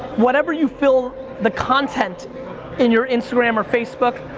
whatever you feel the content in your instagram or facebook,